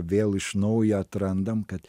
vėl iš naujo atrandam kad